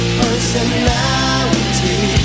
personality